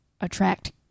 attract